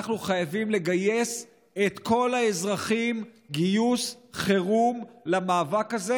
אנחנו חייבים לגייס את כל האזרחים גיוס חירום למאבק הזה,